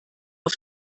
auf